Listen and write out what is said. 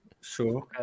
Sure